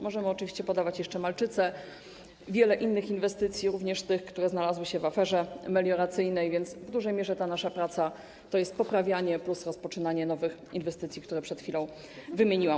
Możemy oczywiście podawać jako przykład jeszcze Malczyce, wiele innych inwestycji, również tych, które znalazły się w zasięgu afery melioracyjnej, więc w dużej mierze ta nasza praca to jest poprawianie plus rozpoczynanie nowych inwestycji, które przed chwilą wymieniłam.